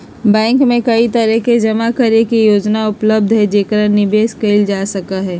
bank में कई तरह के जमा करे के योजना उपलब्ध हई जेकरा निवेश कइल जा सका हई